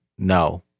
No